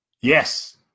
Yes